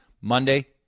Monday